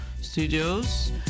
Studios